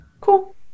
cool